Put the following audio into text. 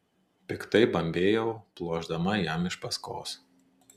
piktai bambėjau pluošdama jam iš paskos